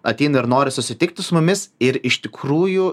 ateina ir nori susitikti su mumis ir iš tikrųjų